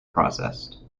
processed